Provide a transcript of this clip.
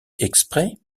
exprès